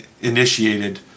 initiated